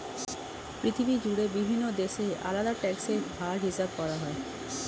পৃথিবী জুড়ে বিভিন্ন দেশে আলাদা ট্যাক্স এর হার হিসাব করা হয়